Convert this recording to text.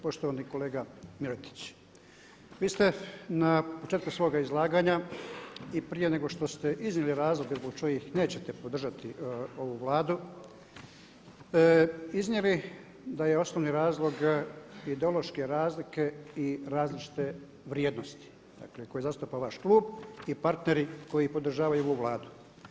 Poštovani kolega Miletić vi ste na početku svoga izlaganja i prije nego što ste iznijeli razloge zbog kojih nećete podržati ovu Vladu iznijeli da je osnovni razlog ideološke razlike i različite vrijednosti dakle koje zastupa vaš klub i partneri koji podržavaju ovu Vladu.